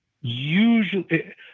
usually